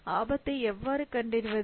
ஆபத்தை எவ்வாறு கண்டறிவது